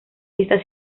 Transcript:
está